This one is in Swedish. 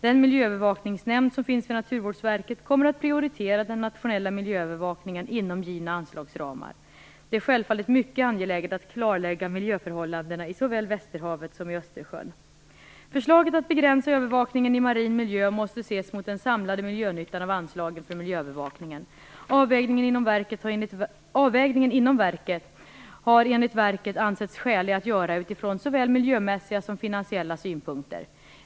Den miljöövervakningsnämnd som finns vid Naturvårdsverket kommer att prioritera den nationella miljöövervakningen inom givna anslagsramar. Det är självfallet mycket angeläget att klarlägga miljöförhållandena i såväl Västerhavet som i Östersjön. Förslaget att begränsa övervakningen i marin miljö måste ses mot den samlade miljönyttan av anslagen för miljöövervakningen. Avvägningen inom verket har enligt verket ansetts skälig att göra utifrån såväl miljömässiga som finansiella synpunkter.